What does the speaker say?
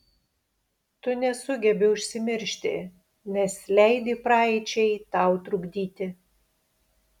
tu nesugebi užsimiršti nes leidi praeičiai tau trukdyti